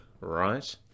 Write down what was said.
right